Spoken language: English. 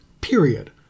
Period